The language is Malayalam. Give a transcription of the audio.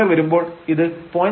12 വരുമ്പോൾ ഇത് 0